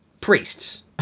Priests